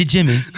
Jimmy